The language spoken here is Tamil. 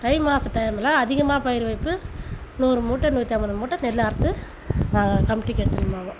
தை மாசம் டைமில் அதிகமாக பயிர் வைப்பு நூறு மூட்டை நூற்றி ஐம்பது மூட்டை நெல் அறுத்து நாங்கள் கமிட்டிக்கு எடுத்துன்னு போவோம்